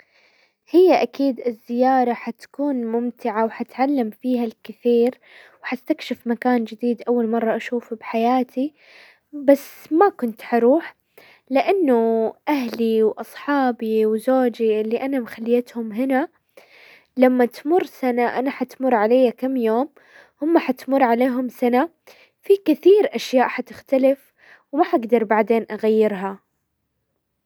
هي اكيد الزيارة حتكون ممتعة وحتعلم فيها الكثير، وحستكشف مكان جديد اول مرة اشوفه بحياتي، بس ما كنت حروح، لانه اهلي واصحابي وزوجي اللي انا مخليتهم هنا لما تمر سنة، انا حتمر علي كم يوم هم حتمر عليهم سنة، في كثير اشياء حتختلف وما حقدر بعدين اغيرها.